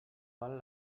val